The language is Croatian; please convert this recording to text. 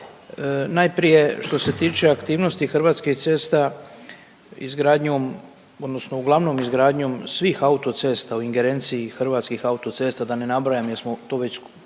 Najprije, što se tiče aktivnosti Hrvatskih cesta izgradnjom, odnosno uglavnom izgradnjom svih autocesta u ingerenciji Hrvatskih autocesta, da ne nabrajam jer smo to već